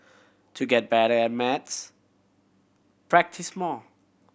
to get better at maths practise more